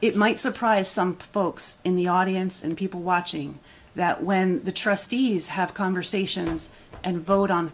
it might surprise some pokes in the audience and people watching that when the trustees have conversations and vote on